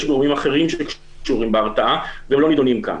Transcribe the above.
יש גורמים אחרים שקשורים בהרתעה והם לא נדונים כאן.